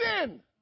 sin